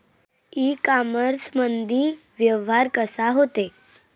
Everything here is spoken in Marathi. इ कामर्समंदी व्यवहार कसा होते?